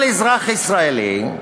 "כל אזרח ישראלי,